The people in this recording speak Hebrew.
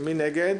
מי נגד?